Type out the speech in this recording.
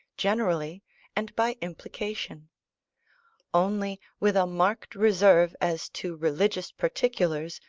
generally and by implication only, with a marked reserve as to religious particulars,